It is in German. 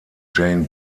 jane